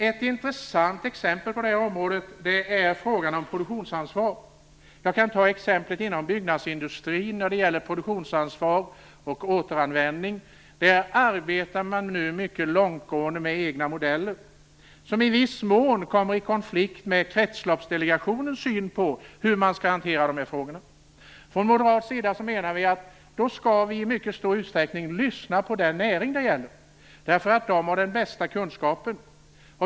Ett intressant exempel på det området är frågan om produktionsansvar. Jag kan ta byggnadsindustrin som ett exempel på produktionsansvar och återanvändning. Där arbetar man nu mycket långtgående med egna modeller som i viss mån kommer i konflikt med Kretsloppsdelegationens syn på hur man skall hantera dessa frågor. Från moderat sida menar vi att vi i mycket stor utsträckning skall lyssna på den näring det gäller, därför att mam där har den bästa kunskapen.